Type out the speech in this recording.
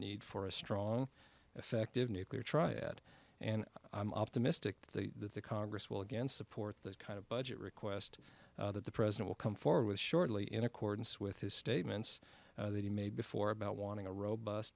need for a strong effective nuclear triad and i'm optimistic that the congress will again support this kind of budget request that the president will come forward with shortly in accordance with his statements that he made before about wanting a robust